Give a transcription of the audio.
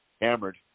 hammered